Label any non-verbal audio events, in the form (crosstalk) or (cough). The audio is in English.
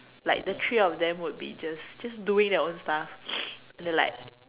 like the three of them would be just just doing their own stuff (noise) and then like